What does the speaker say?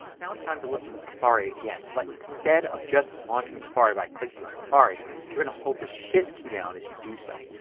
now it's time to look in safari again. but instead of just launching safari by clicking on safari you're going to hold the shift key down as you do so.